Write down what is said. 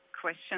question